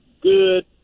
good